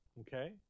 Okay